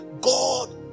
God